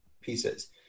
pieces